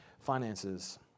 finances